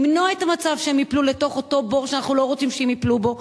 למנוע את המצב שהם ייפלו לתוך אותו בור שאנחנו לא רוצים שהם ייפלו בו,